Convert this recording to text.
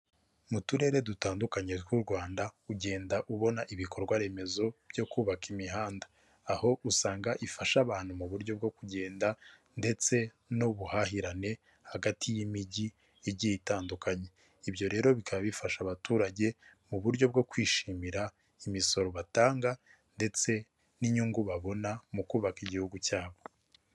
Mu turere dutandukanye tw'u Rwanda ugenda ubona ibikorwa remezo byo kubaka imihanda, aho usanga ifasha abantu mu buryo bwo kugenda ndetse n'ubuhahirane hagati y'imijyi igiye itandukanye; ibyo rero bikaba bifasha abaturage mu buryo bwo kwishimira imisoro batanga, ndetse n'inyungu babona mu kubaka igihugu cyabo.